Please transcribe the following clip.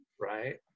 right